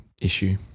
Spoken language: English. issue